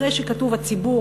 אחרי שכתוב "הציבור",